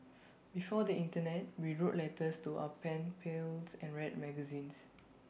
before the Internet we wrote letters to our pen pals and read magazines